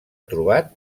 trobat